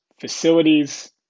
facilities